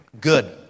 good